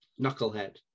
Knucklehead